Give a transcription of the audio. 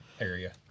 area